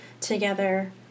together